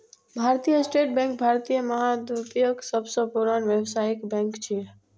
भारतीय state bank भारतीय महाद्वीपक सबसं पुरान व्यावसायिक बैंक छियै